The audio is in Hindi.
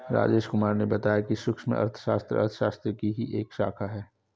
राजेश कुमार ने बताया कि सूक्ष्म अर्थशास्त्र अर्थशास्त्र की ही एक शाखा है